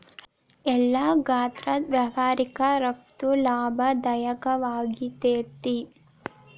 ಎಲ್ಲಾ ಗಾತ್ರದ್ ವ್ಯವಹಾರಕ್ಕ ರಫ್ತು ಲಾಭದಾಯಕವಾಗಿರ್ತೇತಿ